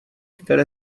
které